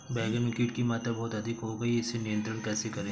बैगन में कीट की मात्रा बहुत अधिक हो गई है इसे नियंत्रण कैसे करें?